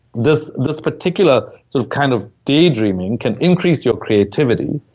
this this particular sort of kind of daydreaming can increase your creativity.